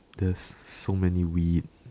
there's so many weed